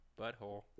butthole